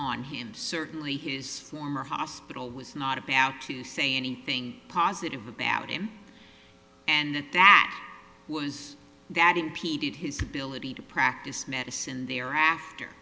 on him certainly his former hospital was not about to say anything positive about him and that that was that impeded his ability to practice medicine thereafter